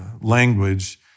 language